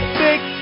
big